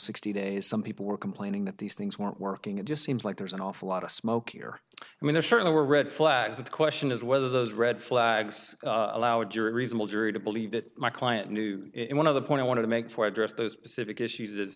sixty days some people were complaining that these things weren't working it just seems like there's an awful lot of smoke here and there certainly were red flags but the question is whether those red flags allowed your reasonable jury to believe that my client knew it one of the point i wanted to make for address those specific issues is